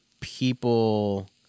people